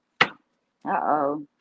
Uh-oh